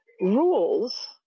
Rules